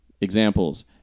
Examples